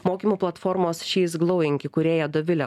mokymų platformos šy iz glauink įkūrėja dovilė